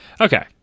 Okay